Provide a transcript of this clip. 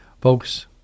Folks